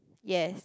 yes